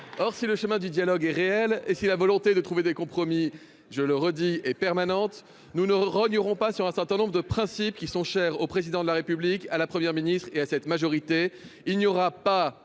Or, si le chemin du dialogue est réel et si la volonté de trouver des compromis, je le redis et permanente, nous ne rogne auront pas sur un certain nombre de principes qui sont chers au président de la République à la première ministre et à cette majorité,